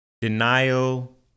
denial